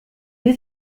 you